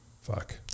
fuck